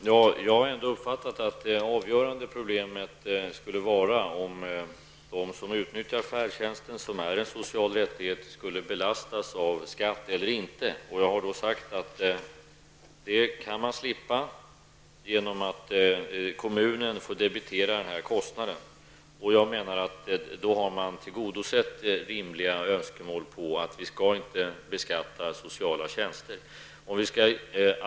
Herr talman! Jag har ändå uppfattat att det avgörande problemet skulle vara huruvida de som utnyttjar färdtjänsten, som är en social rättighet, skall belastas av skatt eller inte. Jag har sagt att man kan slippa det genom att kommunen får debitera kostnaden. Då har man tillgodosett det rimliga önskemålet att vi inte skall beskatta sociala tjänster.